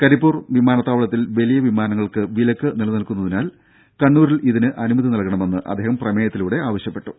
കരിപ്പൂർ വിമാനത്താവളത്തിൽ വലിയ വിമാനങ്ങൾക്ക് വിലക്ക് നിലനിൽക്കുന്നതിനാൽ കണ്ണൂരിൽ ഇതിന് അനുമതി നൽകണമെന്നും അദ്ദേഹം പ്രമേയത്തിൽ പറഞ്ഞു